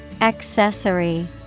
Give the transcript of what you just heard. Accessory